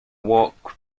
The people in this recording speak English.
walk